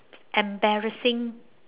embarrassing